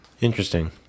Interesting